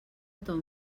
ton